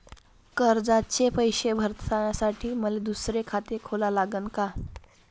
कर्जाचे पैसे भरासाठी मले दुसरे खाते खोला लागन का?